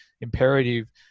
imperative